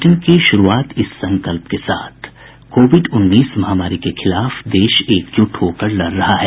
bulletin की शुरूआत इस संकल्प के साथ कोविड उन्नीस महामारी के खिलाफ देश एकजुट होकर लड़ रहा है